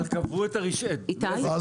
אבל קבעו את --- עזוב,